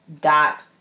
dot